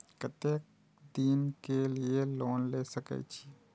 केते दिन के लिए लोन ले सके छिए?